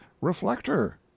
reflector